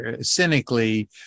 cynically